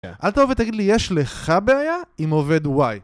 אל תבוא ותגיד לי, יש לך בעיה עם עובד Y?